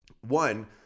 One